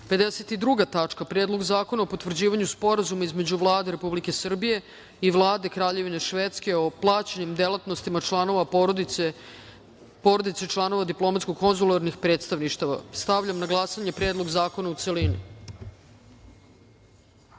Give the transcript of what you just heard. reda - Predlog zakona o potvrđivanju Sporazuma između Vlade Republike Srbije i Vlade Kraljevine Švedske o plaćenim delatnostima članova porodice članova diplomatsko-konzularnih predstavništava. Stavljam na glasanje Predlog zakona u